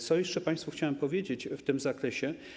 Co jeszcze państwu chciałem powiedzieć w tym zakresie?